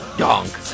donk